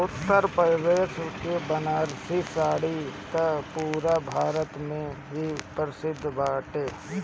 उत्तरप्रदेश के बनारसी साड़ी त पुरा भारत में ही प्रसिद्ध बाटे